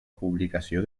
publicació